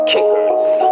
Kickers